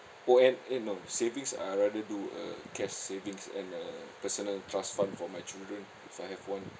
oh and eh no savings I rather do uh cash savings and uh personal trust fund for my children if I have one